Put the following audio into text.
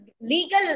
legal